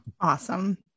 awesome